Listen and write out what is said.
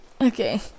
Okay